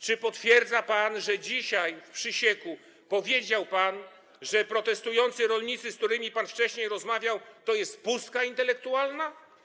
Czy potwierdza pan, że dzisiaj w Przysieku powiedział pan, że protestujący rolnicy, z którymi pan wcześniej rozmawiał, to jest pustka intelektualna?